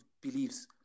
beliefs